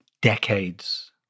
decades